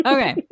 Okay